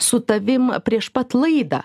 su tavim prieš pat laidą